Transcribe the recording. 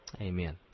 Amen